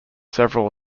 several